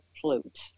flute